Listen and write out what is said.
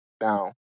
Now